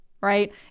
right